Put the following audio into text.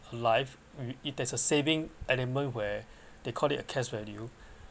a life it there’s a saving element where they called it cash value